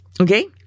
Okay